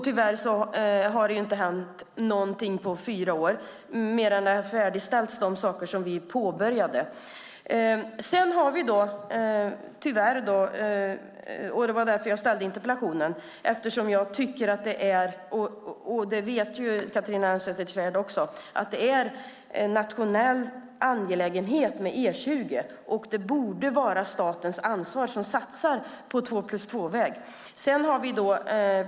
Tyvärr har det inte hänt någonting på fyra år, mer än att det som vi påbörjade har färdigställts. Jag ställde interpellationen eftersom jag tycker att E20 är en nationell angelägenhet. Det borde vara statens ansvar att satsa på två-plus-två-väg.